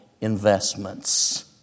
investments